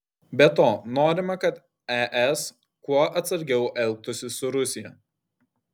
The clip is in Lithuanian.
be to norima kad es kuo atsargiau elgtųsi su rusija